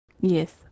Yes